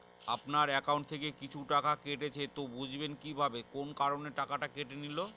আপনার একাউন্ট থেকে কিছু টাকা কেটেছে তো বুঝবেন কিভাবে কোন কারণে টাকাটা কেটে নিল?